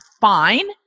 fine